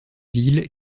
ville